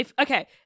Okay